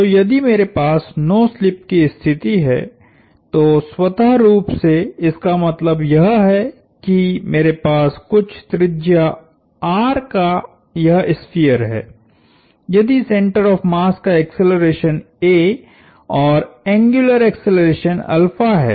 तो यदि मेरे पास नो स्लिप की स्थिति है तो स्वतः रूप से इसका मतलब यह है कि मेरे पास कुछ त्रिज्या R का यह स्फीयर है यदि सेंटर ऑफ़ मास का एक्सेलरेशन a और एंग्युलर एक्सेलरेशन है